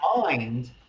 mind